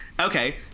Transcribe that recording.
Okay